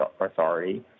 authority